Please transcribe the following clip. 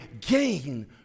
gain